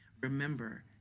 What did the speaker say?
Remember